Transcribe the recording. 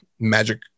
Magic